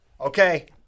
Okay